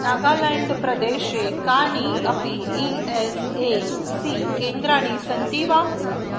नागालेण्ड् प्रदेशे कानि अपि ई एस् ए सी केन्द्राणि सन्ति वा